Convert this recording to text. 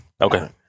Okay